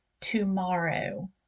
tomorrow